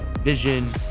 vision